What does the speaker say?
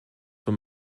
for